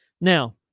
Now